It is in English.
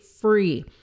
free